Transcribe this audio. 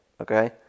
okay